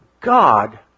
God